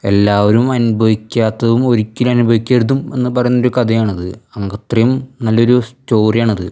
എല്ലാവരും അനുഭവിക്കാത്തതും ഒരിക്കലും അനുഭവിക്കരുതും എന്ന് പറയുന്ന ഒരു കഥയാണത് നമുക്ക് അത്രയും നല്ലൊരു സ്റ്റോറിയാണത്